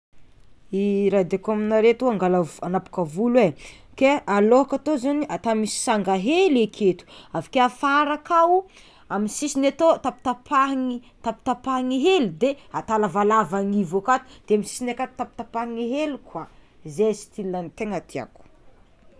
I raha diako aminare atô angal- anapaka volo e, ke alohako atô zany atao misy sanga hely aketo avike afara akao amin'ny sisiny aka tapitapahiny hely de atao lavalava amy niveau akato de amy sisiny akato tapitapahiny hely koa ze styla tegna tiàko.